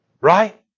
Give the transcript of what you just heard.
Right